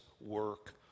work